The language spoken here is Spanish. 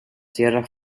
tierra